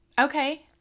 Okay